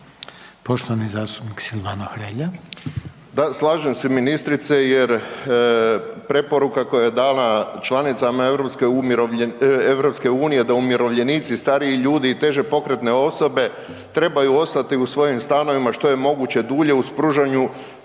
Poštovani zastupnik Silvano Hrelja.